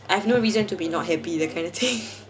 I have no reason to be not happy that kind of thing